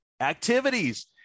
activities